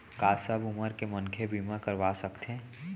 का सब उमर के मनखे बीमा करवा सकथे?